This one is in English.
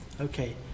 Okay